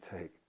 take